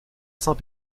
saint